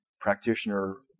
practitioner